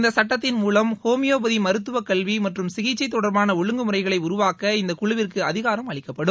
இந்த சட்டத்தின் மூலம் ஹோமியோபதி மருத்துவக்கல்வி மற்றும் சிகிச்சை தொடர்பாள ஒழுங்குமுறைகளை உருவாக்க இந்த குழுவிற்கு அதிகாரம் அளிக்ககப்படும்